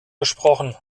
gesprochen